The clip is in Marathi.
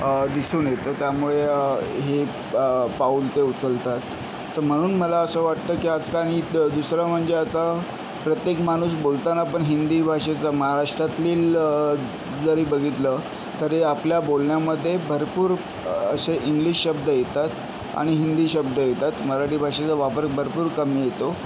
दिसून येते त्यामुळे हे पाऊल ते उचलतात तर म्हणून मला असं वाटतं की आजकाल ही दुसरं म्हणजे आता प्रत्येक माणूस बोलतांना पण हिंदी भाषेचा महाराष्ट्रातील जरी बघितलं तरी आपल्या बोलण्यामध्ये भरपूर असे इंग्लिश शब्द येतात आणि हिंदी शब्द येतात मराठी भाषेचा वापर भरपूर कमी येतो